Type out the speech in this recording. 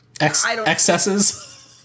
excesses